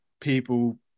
people